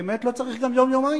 באמת לא צריך גם יום-יומיים.